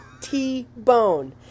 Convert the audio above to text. T-bone